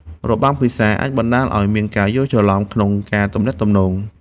របាំងភាសាអាចបណ្ដាលឱ្យមានការយល់ច្រឡំក្នុងការទំនាក់ទំនង។